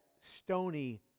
stony